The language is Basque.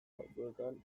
batzuetan